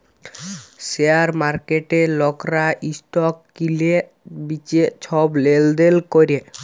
share মার্কেটে লকরা stock কিলে বিঁচে ছব লেলদেল ক্যরে